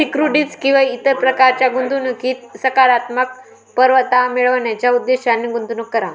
securities किंवा इतर प्रकारच्या गुंतवणुकीत सकारात्मक परतावा मिळवण्याच्या उद्देशाने गुंतवणूक करा